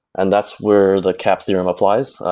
and that's where the cap theorem applies.